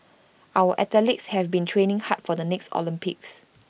our athletes have been training hard for the next Olympics